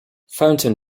fountain